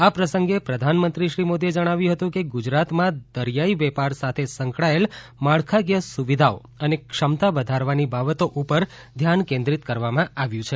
આ પ્રસંગે પ્રધાનમંત્રી શ્રી મોદીએ જણાવ્યું હતું કે ગુજરાતમાં દરિયાઇ વેપાર સાથે સંકળાયેલ માળખાકીય સુવિધાઓ અને ક્ષમતા વધારવાની બાબતો ઉપર ધ્યાન કેન્દ્રિત કરવામાં આવ્યું છે